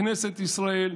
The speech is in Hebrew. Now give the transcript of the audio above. כנסת ישראל,